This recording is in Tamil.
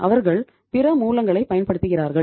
அவர்கள் பிற மூலங்களைப் பயன்படுத்துகிறார்கள்